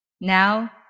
Now